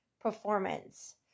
performance